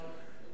וזו,